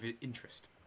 interest